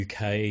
UK